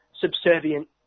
subservient